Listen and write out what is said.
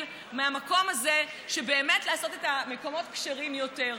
מהמקום הזה של באמת לעשות את המקומות כשרים יותר,